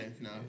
No